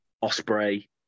Osprey